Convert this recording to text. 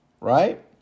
right